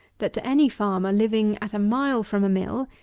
that to any farmer living at a mile from a mill,